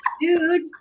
Dude